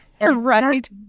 right